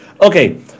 Okay